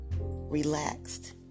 relaxed